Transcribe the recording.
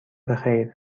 بخیر